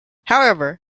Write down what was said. however